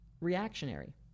reactionary